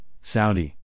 Saudi